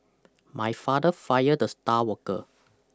my father fired the star worker